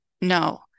No